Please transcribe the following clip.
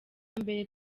mbere